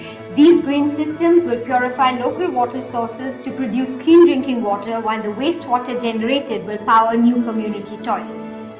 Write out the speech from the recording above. these green systems would purify local water sources to produce clean drinking water while the wastewater generated will power new community toilets.